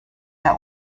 der